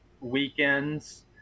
weekends